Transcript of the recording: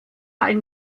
ein